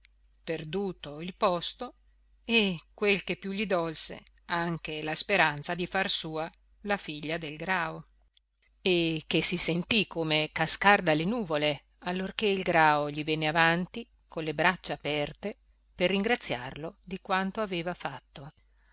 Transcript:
perduto il posto e quel che più gli dolse anche la speranza di far sua la figlia del grao e che si sentì come cascar dalle nuvole allorché il grao gli venne avanti con le braccia aperte per ringraziarlo di quanto aveva fatto